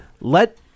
let